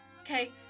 okay